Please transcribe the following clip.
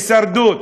הישרדות,